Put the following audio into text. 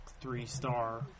three-star